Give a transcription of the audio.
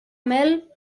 mel